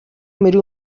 میری